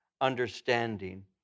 understanding